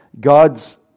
God's